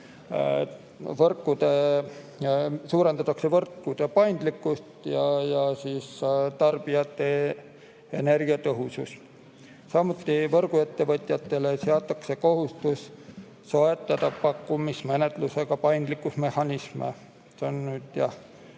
suurendatakse võrkude paindlikkust ja tarbijate energiatõhusust. Võrguettevõtjatele seatakse kohustus soetada turult pakkumismenetlusega paindlikkusmehhanisme. See on kõik